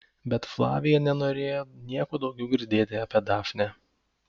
bet flavija nenorėjo nieko daugiau girdėti apie dafnę